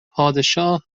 پادشاه